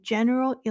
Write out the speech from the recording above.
General